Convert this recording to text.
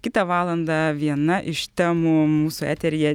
kitą valandą viena iš temų mūsų eteryje